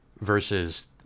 versus